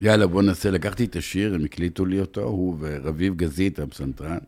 יאללה, בוא ננסה. לקחתי את השיר, הם הקליטו לי אותו, הוא ורביב גזית, הפסנתרן.